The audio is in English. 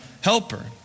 helper